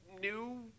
new